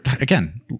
again